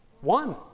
one